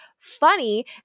funny